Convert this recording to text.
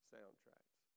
Soundtracks